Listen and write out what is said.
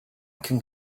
can